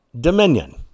dominion